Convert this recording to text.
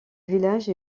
village